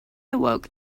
awoke